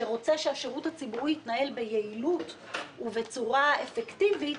שרוצה שהשרות הציבורי התנהל ביעילות ובצורה אפקטיבית,